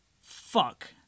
Fuck